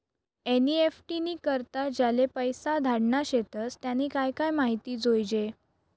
NEFT नी करता ज्याले पैसा धाडना शेतस त्यानी काय काय माहिती जोयजे